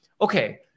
okay